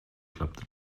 klappte